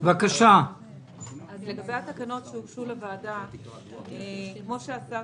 ביקשנו הערכה, מה המשמעות